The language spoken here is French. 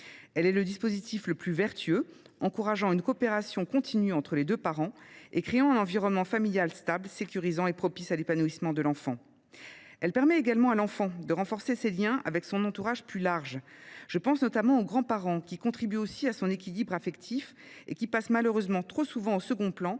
Elle est le dispositif le plus vertueux en ce qu’elle encourage une coopération continue entre les deux parents et crée un environnement familial stable, sécurisant et propice à l’épanouissement de l’enfant. Elle permet également à celui ci de renforcer ses liens avec son entourage familial plus large. Je pense notamment aux grands parents, qui contribuent aussi à l’équilibre affectif de l’enfant et qui passent malheureusement trop souvent au second plan